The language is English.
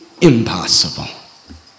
impossible